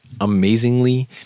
amazingly